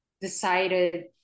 decided